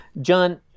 John